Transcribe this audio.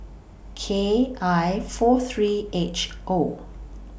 K I four three H O